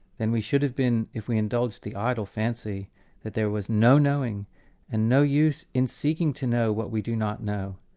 then we should have been, if we indulged the idle fancy that there was no knowing and no use in seeking to know what we do not know,